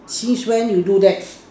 since when you do that